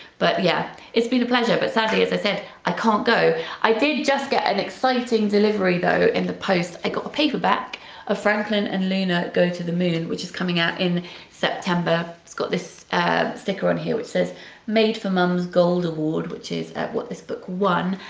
but yeah it's been a pleasure but sadly as i said i can't go. i did just get an exciting delivery in the post, though, i got a paperback of franklin and luna go to the moon which is coming out in september, it's got this sticker on here which says made for mums gold award which is what this book won,